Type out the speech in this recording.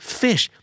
fish